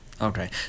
okay